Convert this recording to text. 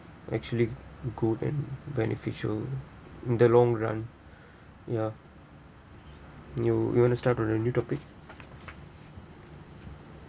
actually good and beneficial in the long run ya you you want to start a new topic